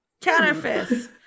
Counterfeit